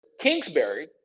kingsbury